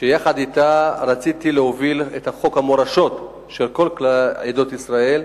ויחד אתה רציתי להוביל את חוק המורשות של כל עדות ישראל.